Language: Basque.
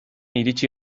iritsi